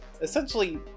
essentially